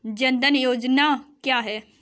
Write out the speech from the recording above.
जनधन योजना क्या है?